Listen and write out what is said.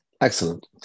Excellent